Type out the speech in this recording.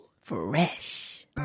Fresh